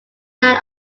land